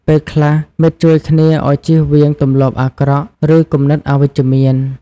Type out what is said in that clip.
ពេលខ្លះ មិត្តជួយគ្នាឲ្យជៀសវាងទម្លាប់អាក្រក់ ឬគំនិតអវិជ្ជមាន។